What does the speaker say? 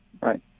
Right